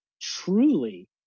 truly